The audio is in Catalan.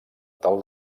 tal